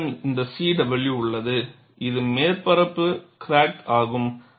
உங்களிடம் இந்த C W உள்ளது இது மேற்பரப்பு கிராக் ஆகும்